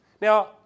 Now